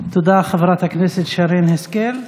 תודה, חברת הכנסת שרן השכל.